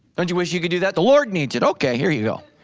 don't you wish you could do that, the lord needs it okay, here you go.